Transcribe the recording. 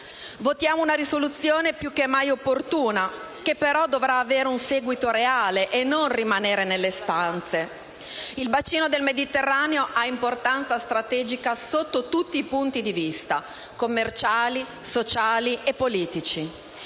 votare una risoluzione più che mai opportuna, che però dovrà avere un seguito reale e non rimanere in queste stanze. Il bacino del Mediterraneo ha un'importanza strategica, sotto tutti punti di vista: commerciali, sociali e politici.